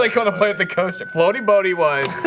like kind of play at the coast at floaty bodhi wise